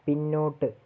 പിന്നോട്ട്